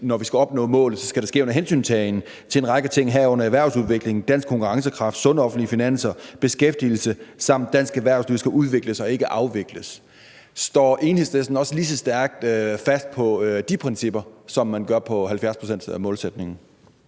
når vi skal opnå målet, skal det ske under hensyntagen til en række ting, herunder erhvervsudvikling, dansk konkurrencekraft, sunde offentlige finanser, beskæftigelse, samt at dansk erhvervsliv skal udvikles og ikke afvikles. Står Enhedslisten også lige så stærkt fast på de principper, som man gør på 70-procentsmålsætningen?